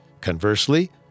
Conversely